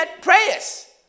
prayers